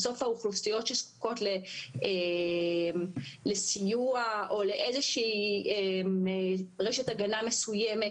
בסוף האוכלוסיות שזקוקות לסיוע או לאיזו שהיא רשת הגנה מסוימת